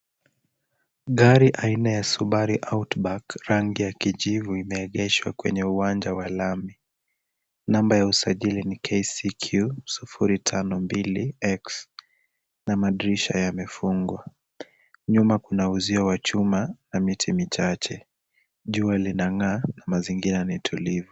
Gari aina ya subaru au kiba rangi ya kijivu limeegeshwa kwenye uwanja wa lami. Namba ya usajili ni KCQ 052X na madirisha yamefungwa. Nyuma kuna uzio wa chuma na miti michache. Jua linang'aa na mazingira ni tulivu.